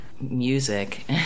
music